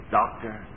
doctor